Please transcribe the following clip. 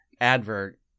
advert